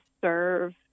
serve